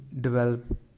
develop